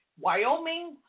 Wyoming